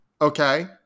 Okay